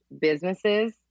businesses